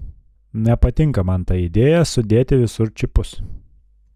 nepatinka man ta idėja sudėti visur čipus